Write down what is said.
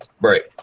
Right